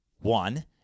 one